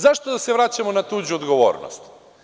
Zašto da se vraćamo na tuđu odgovornost?